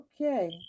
Okay